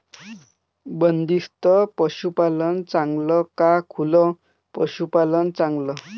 बंदिस्त पशूपालन चांगलं का खुलं पशूपालन चांगलं?